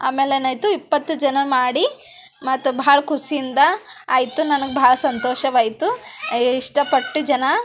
ಆಮ್ಯಾಲೇನಾಯ್ತು ಇಪ್ಪತ್ತು ಜನಗ್ ಮಾಡಿ ಮತ್ತ ಭಾಳ ಖುಷಿಯಿಂದ ಆಯ್ತು ನನಗೆ ಭಾಳ ಸಂತೋಷವಾಯ್ತು ಇಷ್ಟಪಟ್ಟು ಜನ